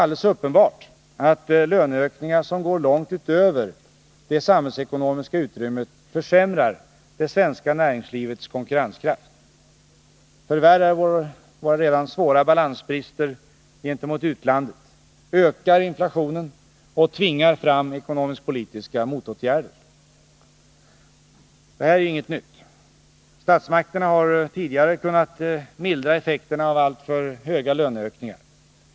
alldeles uppenbart att löneökningar som går långt utöver det samhällsekonomiska utrymmet försämrar det svenska näringslivets konkurrenskraft, förvärrar våra redan svåra balansbrister gentemot utlandet, ökar inflationen och tvingar fram ekonomisk-politiska motåtgärder. Detta är inget nytt. Statsmakterna har tidigare kunnat mildra effekternaav Nr 54 alltför höga löneökningar.